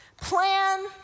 Plan